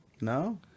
no